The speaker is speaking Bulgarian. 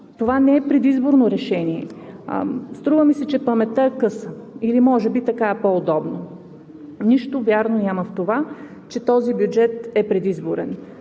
Това не е предизборно решение. Струва ми се, че паметта е къса или може би така е по-удобно. Нищо вярно няма в това, че този бюджет е предизборен.